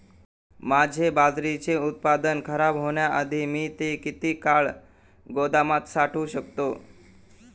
माझे बाजरीचे उत्पादन खराब होण्याआधी मी ते किती काळ गोदामात साठवू शकतो?